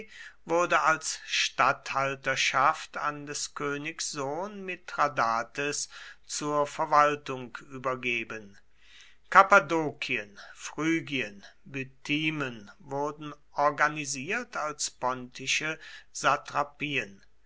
wurde als statthalterschaft an des königs sohn mithradates zur verwaltung übergeben kappadokien phrygien bithymen wurden organisiert als